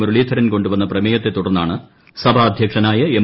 മുരളീധരൻ കൊണ്ടുവന്ന പ്രമേയത്തെ തുടർന്നാണ് സഭാദ്ധ്യക്ഷനായ എം